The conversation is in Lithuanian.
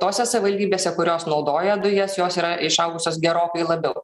tose savivaldybėse kurios naudoja dujas jos yra išaugusios gerokai labiau